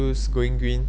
who's going green